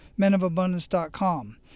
menofabundance.com